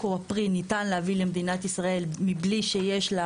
או הפרי ניתן להביא למדינת ישראל מבלי שיש לה